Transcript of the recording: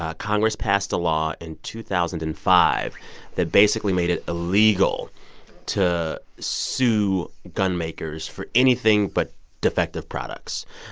ah congress passed a law in two thousand and five that basically made it illegal to sue gun-makers for anything but defective products.